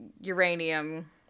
uranium